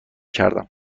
کردم